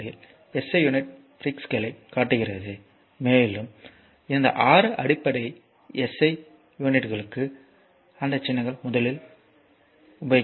2 SI ப்ரீபிக்ஸ்களைக் காட்டுகிறது மேலும் இந்த 6 அடிப்படை எஸ்ஐ யூனிட்களுக்கு அந்த சின்னங்கள் முதலில் வரும்